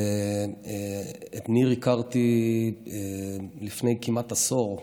את ניר הכרתי לפני כמעט עשור,